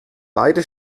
beide